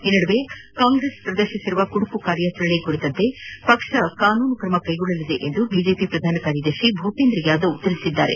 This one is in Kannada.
ಈ ನಡುವೆ ಕಾಂಗ್ರೆಸ್ ಪ್ರದರ್ಶಿಸಿರುವ ಕುಟುಕು ಕಾರ್ಯಾಚರಣೆಯ ಕುರಿತಂತೆ ಪಕ್ಷ ಕಾನೂನು ಕ್ರಮ ಕ್ಲೆಗೊಳ್ಳಲಿದೆ ಎಂದು ಬಿಜೆಪಿ ಪ್ರಧಾನ ಕಾರ್ಯದರ್ಶಿ ಭೂಷೇಂದ್ರ ಯಾದವ್ ಹೇಳಿದ್ದಾರೆ